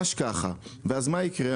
ואז מה יקרה?